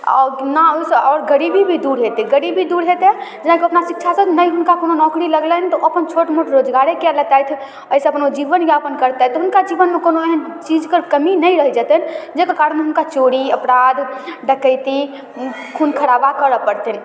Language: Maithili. आओर नहि ओहिसँ आओर गरीबी भी दूर हेतै गरीबी भी दूर हेतै जेनाकि अपना शिक्षासँ ने हुनका कोनो नौकरी लगलनि अपन छोट मोट रोजगारे कऽ लेतथि एहिसँ ओ अपन जीवनयापन करतथि हुनका जीवनमे कोनो एहन चीजके कमी नहि रहै जेतनि जाहिके कारण हुनका चोरी अपराध डकैती खून खराबा करऽ पड़तनि